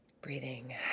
breathing